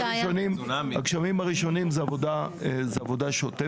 הגשמים הראשונים הם עבודה שותפת.